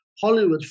Hollywood